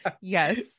yes